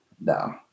No